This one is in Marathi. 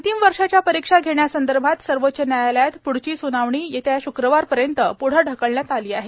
अंतिम वर्षाच्या परीक्षा घेण्यासंदर्भात सर्वोच्च न्यायालयात प्ढची स्नावणी येत्या श्क्रवारपर्यंत प्ढे ढकलण्यात आली आहे